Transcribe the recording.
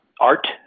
art